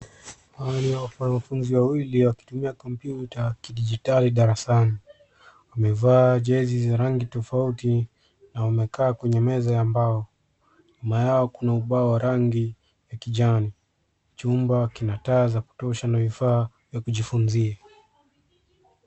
Hawa ni wanafunzi wawili wakitumia kompyuta kidijitali darasani. Wamevaa jezi za rangi tofauti na wamekaa kwenye meza ya mbao. Nyuma yao kuna ubao wa rangi ya kijani. Chumba kina taa za kutosha yanayofaa yakujifunzia.